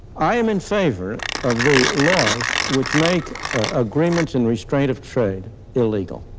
i am in favor of the laws which make agreements in restraint of trade illegal.